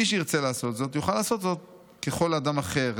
מי שירצה לעשות זאת יוכל לעשות זאת ככל אדם אחר,